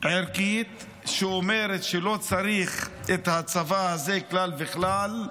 ערכית שאומרת שלא צריך את הצבא הזה כלל וכלל,